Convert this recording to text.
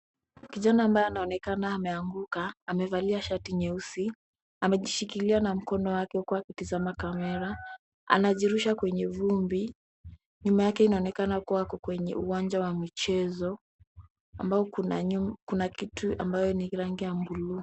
Kijana ambaye anaonekana ameanguka amevalia shati nyeusi. Amejishikilia na mkono wake huku akitazama kamera. Amejirusha kwenye vumbi. Nyuma yake kunaonekana kuwa kuna uwanja wa michezo, ambayo kuna kitu ambayo ni rangi na buluu.